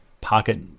pocket